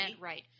Right